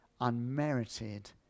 unmerited